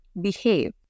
behave